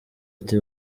ati